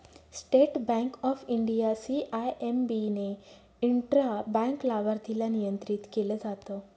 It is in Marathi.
state Bank of India, CIMB ने इंट्रा बँक लाभार्थीला नियंत्रित केलं जात